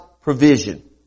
provision